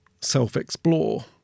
self-explore